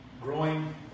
growing